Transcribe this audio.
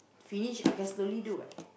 finish I can slowly do what